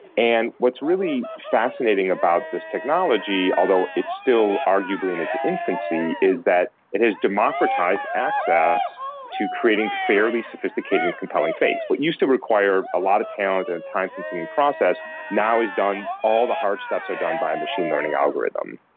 and what's really fascinating about this technology, although it is still arguably in its infancy, is that it has democratised access to creating fairly sophisticated and compelling things. what used to require a lot of talent and time-consuming process now is done, all the hard steps are done by a machine learning algorithm,